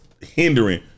hindering